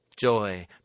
joy